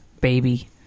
baby